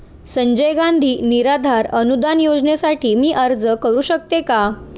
संजय गांधी निराधार अनुदान योजनेसाठी मी अर्ज करू शकते का?